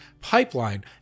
pipeline